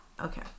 Okay